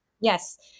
Yes